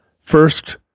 first